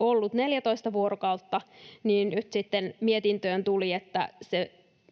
ollut 14 vuorokautta. Nyt sitten mietintöön tuli, että